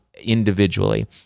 individually